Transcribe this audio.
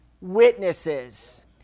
witnesses